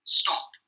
stop